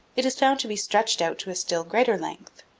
it is found to be stretched out to a still greater length,